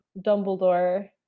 Dumbledore